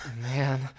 Man